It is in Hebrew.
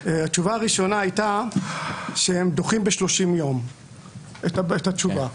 הראשונה הייתה שהם דוחים בשלושים יום את התשובה.